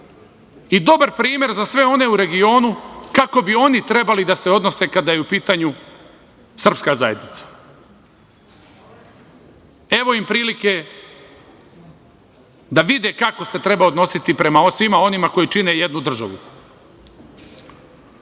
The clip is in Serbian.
i dobar primer za sve one u regionu kako bi oni trebali da se odnose kada je u pitanju srpska zajednica. Evo im prilike da vide kako se treba odnositi prema svima onima koji čine jednu državu. Mi